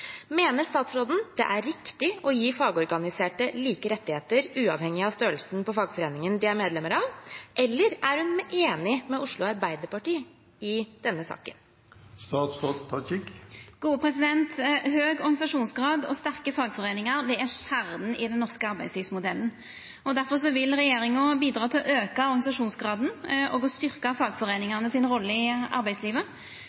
Mener statsråden det er riktig å gi fagorganiserte like rettigheter uavhengig av størrelsen på fagforeningen de er medlemmer av, eller er hun enig med Oslo Arbeiderparti i denne saken?» Høg organisasjonsgrad og sterke fagforeiningar er kjernen i den norske arbeidslivsmodellen. Difor vil regjeringa bidra til å auka organisasjonsgraden og å